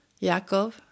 Yaakov